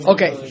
Okay